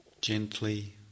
Gently